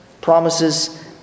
promises